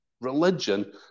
Religion